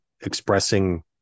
expressing